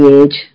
age